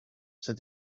said